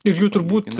ir jų turbūt